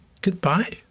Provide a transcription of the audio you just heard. goodbye